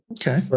Okay